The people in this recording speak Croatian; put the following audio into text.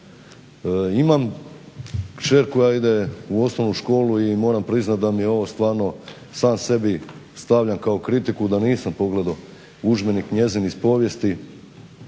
Imam kćer koja ide u osnovu školu i moram priznati da mi je ovo stvarno sam sebi stavljam kao kritiku da nisam pogledao udžbenik njezin iz povijesti,